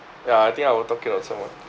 ya I think I will talk it out someone